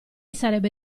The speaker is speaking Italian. sarebbe